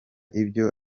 ibyo